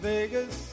Vegas